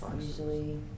usually